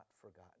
forgotten